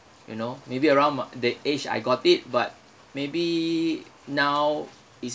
you know maybe around m~ the age I got it but maybe now it's